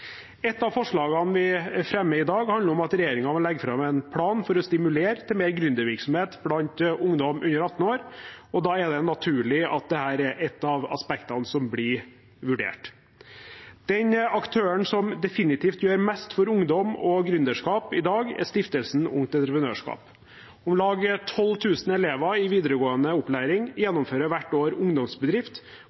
Et av forslagene vi fremmer i dag, handler om at regjeringen må legge fram en plan for å stimulere til mer gründervirksomhet blant ungdom under 18 år, og da er det naturlig at dette er et av aspektene som blir vurdert. Den aktøren som definitivt gjør mest for ungdom og gründerskap i dag, er stiftelsen Ungt Entreprenørskap. Om lag 12 000 elever i videregående opplæring gjennomfører hvert år Ungdomsbedrift,